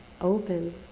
open